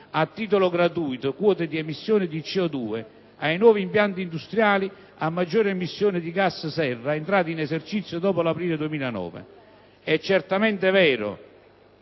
a titolo gratuito quote di emissione di CO2 ai nuovi impianti industriali a maggiore emissioni di gas serra entrati in esercizio dopo l'aprile 2009. È certamente vero